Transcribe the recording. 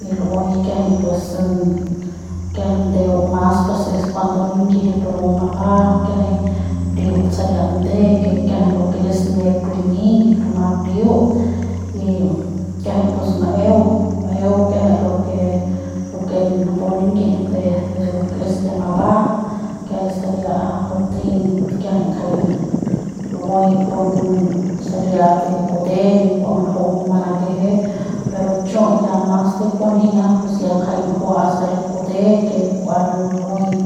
Y lu'uey kiajay pues kiajay ndeu mas pues es cuando ninyijip rapu mapba kiajay ndiut saria nde que kiajay lo que es ne'ep limy rama ndiut y pus kiajay pus ma'eu ma'eu kiajay lo que napu niyijip de lo que es de mapba kiajay saria bat'ey kiajay ngajay lu'uey pun saria de kute nin kua manaju'u manakeje pero chu ya mas de kunjia pus ya ngajay njua saria kute que kua lu'ey